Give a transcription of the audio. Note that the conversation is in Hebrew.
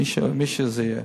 מי שזה יהיה.